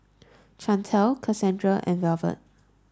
Chantelle Cassandra and Velvet